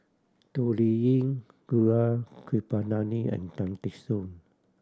Toh Liying Gaurav Kripalani and Tan Teck Soon